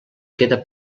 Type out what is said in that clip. queda